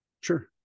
sure